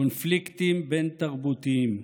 קונפליקטים בין-תרבותיים,